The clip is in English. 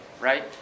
right